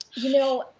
you know,